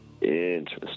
Interesting